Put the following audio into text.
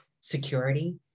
security